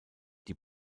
die